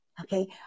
Okay